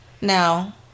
Now